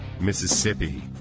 Mississippi